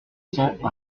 cents